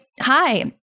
hi